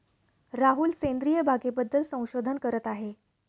राहुल सेंद्रिय बागेबद्दल संशोधन करत आहे